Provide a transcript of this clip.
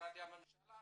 למשרדי הממשלה